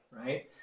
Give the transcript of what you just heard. right